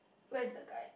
where's the guy